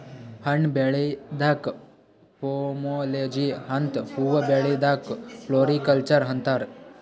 ಹಣ್ಣ್ ಬೆಳ್ಯಾದಕ್ಕ್ ಪೋಮೊಲೊಜಿ ಮತ್ತ್ ಹೂವಾ ಬೆಳ್ಯಾದಕ್ಕ್ ಫ್ಲೋರಿಕಲ್ಚರ್ ಅಂತಾರ್